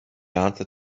answer